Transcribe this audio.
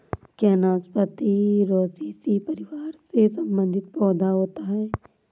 क्या नाशपाती रोसैसी परिवार से संबंधित पौधा होता है?